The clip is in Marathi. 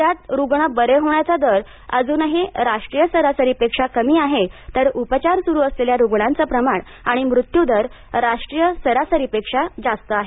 राज्यात रुग्ण बरे होण्याचा दर अजूनही राष्ट्रीय सरासरीपेक्षा कमी आहे तर उपचार सुरू असलेल्या रुग्णांचं प्रमाण आणि मृत्यूदर राष्ट्रीय सरासरीपेक्षा जास्त आहे